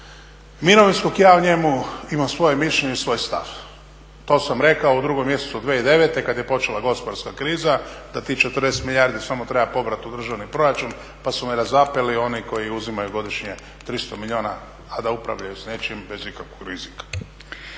mirovinskog, ja o njemu imam svoje mišljenje i svoj stav. To sam rekao u 2. mjesecu 2009. kada je počela gospodarska kriza, da tih 40 milijardi samo treba pobrati u državni proračun pa su me razapeli oni koji uzimaju godišnje 300 milijuna, a da upravljaju s nečim bez ikakvog rizika.